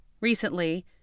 Recently